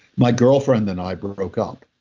my girlfriend and i broke up.